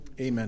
amen